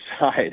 side